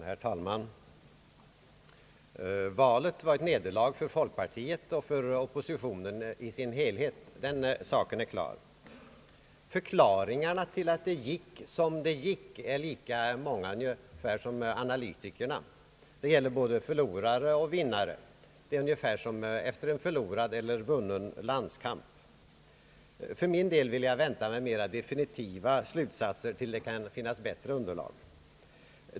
Herr talman! Valet var ett nederlag för folkpartiet och för oppositionen i sin helhet — den saken är klar. Förklaringarna till att det gick som det gick är ungefär lika många som analytikerna — det gäller både förlorare och vinnare. Det förhåller sig ungefär på samma sätt som efter en förlorad eller en vunnen landskamp. För min del vill jag vänta med mera definitiva slutsatser till dess att det kan finnas bättre underlag.